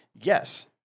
yes